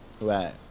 right